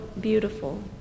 beautiful